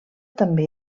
també